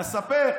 אני מספר.